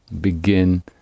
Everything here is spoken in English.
Begin